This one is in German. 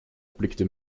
blickte